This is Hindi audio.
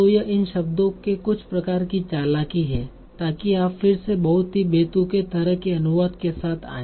तो यह इन शब्दों के कुछ प्रकार की चालाकी है ताकि आप फिर से बहुत ही बेतुके तरह के अनुवाद के साथ आए